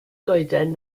goeden